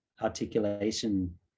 articulation